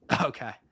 Okay